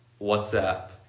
WhatsApp